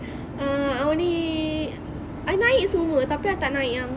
uh only I naik semua tapi I tak naik yang